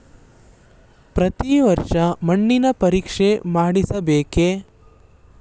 ಪ್ರತಿ ವರ್ಷ ಮಣ್ಣಿನ ಪರೀಕ್ಷೆ ಮಾಡಿಸಬೇಕೇ?